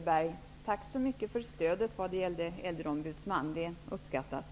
Fru talman! Tack för stödet i vad gäller äldreombudsman! Det uppskattas.